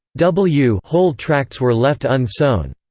w hole tracts were left unsown.